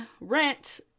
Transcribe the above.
Rent